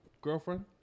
girlfriend